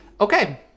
Okay